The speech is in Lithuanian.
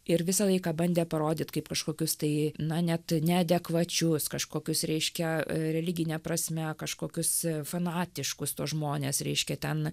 ir visą laiką bandė parodyt kaip kažkokius tai na net neadekvačius kažkokius reiškia religine prasme kažkokius fanatiškus tuos žmones reiškia ten